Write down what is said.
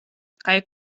kaj